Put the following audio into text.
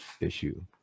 issue